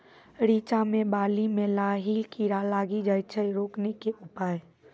रिचा मे बाली मैं लाही कीड़ा लागी जाए छै रोकने के उपाय?